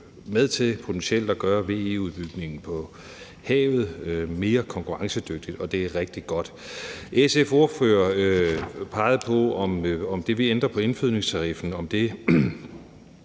med til potentielt at gøre VE-udbygningen på havet mere konkurrencedygtig, og det er rigtig godt. SF's ordfører pegede på, om det, at vi ændrer på indfødningstariffen, betyder